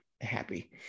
happy